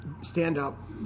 stand-up